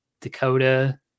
dakota